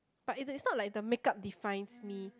but it's it's not like the make-up defines me